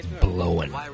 Blowing